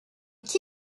qui